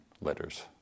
letters